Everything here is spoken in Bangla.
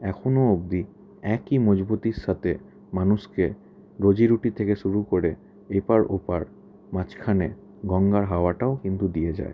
এখনো অবধি একই মজবুতির সাথে মানুষকে রোজিরুটি থেকে শুরু করে এপার ওপার মাঝখানে গঙ্গার হাওয়াটাও কিন্তু দিয়ে যায়